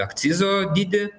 akcizo dydį